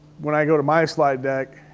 when i go to my slide deck,